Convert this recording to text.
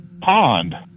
pond